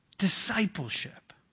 discipleship